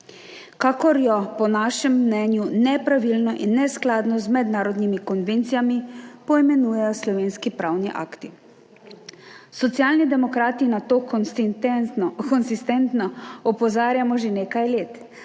kakor jo po našem mnenju nepravilno in neskladno z mednarodnimi konvencijami poimenujejo slovenski pravni akti. Socialni demokrati na to konsistentno opozarjamo že nekaj let.